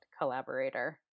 collaborator